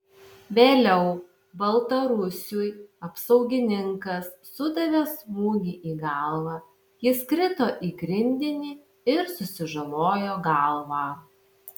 vėliau baltarusiui apsaugininkas sudavė smūgį į galvą jis krito į grindinį ir susižalojo galvą